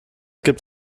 gibt